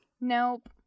Nope